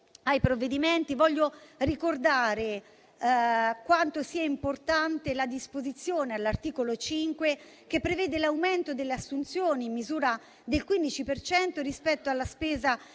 ai provvedimenti. Voglio ricordare quanto sia importante la disposizione all'articolo 5, che prevede l'aumento delle assunzioni in misura del 15 per cento rispetto alla spesa